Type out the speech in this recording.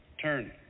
turn